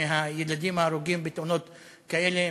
מהילדים ההרוגים בתאונות כאלה,